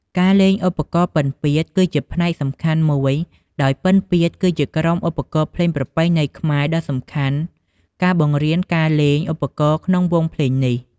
ការលេងឧបករណ៍ពិណពាទ្យ គឺជាផ្នែកសំខាន់មួយ ដោយពិណពាទ្យគឺជាក្រុមឧបករណ៍ភ្លេងប្រពៃណីខ្មែរដ៏សំខាន់ ការបង្រៀនការលេងឧបករណ៍ក្នុងវង់ភ្លេងនេះ។